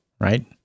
right